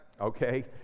okay